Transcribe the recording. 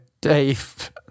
Dave